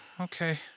okay